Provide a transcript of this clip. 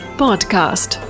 podcast